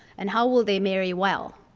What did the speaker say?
and how will they marry well?